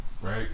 right